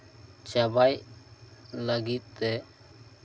ᱪᱟᱵᱟᱭ ᱞᱟᱹᱜᱤᱫᱛᱮ